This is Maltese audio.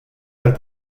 għall